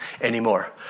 anymore